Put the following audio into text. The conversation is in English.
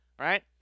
right